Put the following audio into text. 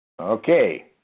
Okay